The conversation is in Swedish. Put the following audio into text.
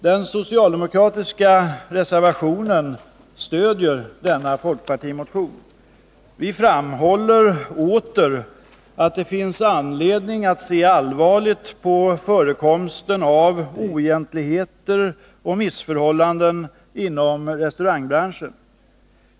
Den socialdemokratiska reservationen stödjer denna folkpartimotion. Vi framhåller åter att det finns anledning att se allvarligt på förekomsten av oegentligheter och missförhållanden inom restaurangbranschen.